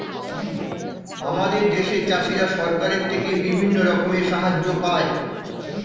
আমাদের দেশের চাষিরা সরকারের থেকে বিভিন্ন রকমের সাহায্য পায়